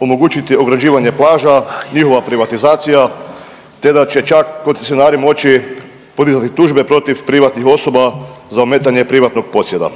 omogućiti ograđivanje plaža, njihova privatizacija te da će čak koncesionari moći podizati tužbe protiv privatnih osoba za ometanje privatnog posjeda.